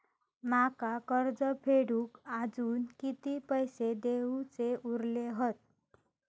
माका कर्ज फेडूक आजुन किती पैशे देऊचे उरले हत?